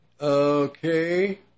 Okay